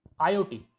iot